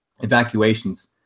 evacuations